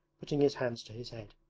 putting his hands to his head.